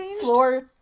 Floor